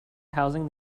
housing